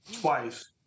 twice